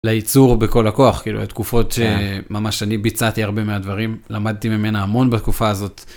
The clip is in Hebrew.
ליצור בכל הכוח כאילו התקופות ממש אני ביצעתי הרבה מהדברים למדתי ממנה המון בתקופה הזאת.